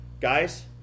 Guys